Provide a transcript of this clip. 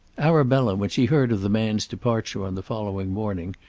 arabella when she heard of the man's departure on the following morning,